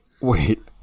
wait